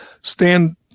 stand